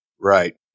Right